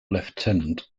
lieutenant